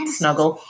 snuggle